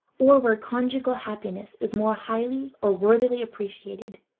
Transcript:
or where conjugal happiness is more highly or worthily appreciated.